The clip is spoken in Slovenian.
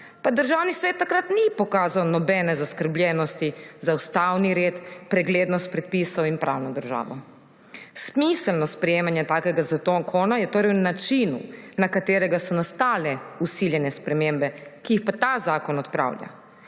pa Državni svet takrat ni pokazal nobene zaskrbljenosti za ustavni red, preglednost predpisov in pravno državo. Smiselnost sprejemanja takega zakona je torej v načinu, na katerega so nastale vsiljene spremembe, ki jih ta zakon odpravlja.